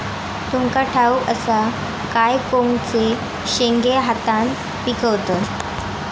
तुमका ठाउक असा काय कोकोचे शेंगे हातान पिकवतत